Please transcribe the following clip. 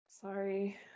Sorry